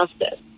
justice